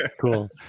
Cool